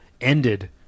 ended